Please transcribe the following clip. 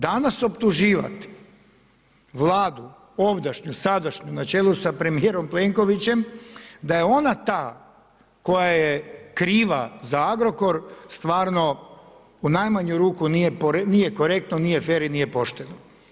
Danas optuživati Vladu ovdašnju, sadašnju na čelu sa premijerom Plenkovićem da je ona taj koja kriva za Agrokor, stvarno u najmanju ruku nije korektno, nije fer i nije pošteno.